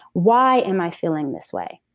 why am i feeling this way?